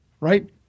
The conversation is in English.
right